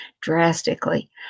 drastically